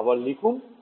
আবার লিখুন